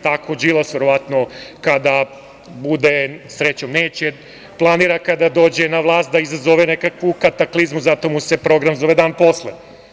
Tako Đilas, verovatno, kada bude, srećom neće, planira kada dođe na vlast da izazove nekakvu kataklizmu, zato mu se program zove „Dan posle“